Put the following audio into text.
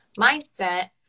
mindset